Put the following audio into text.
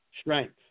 strength